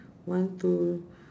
one two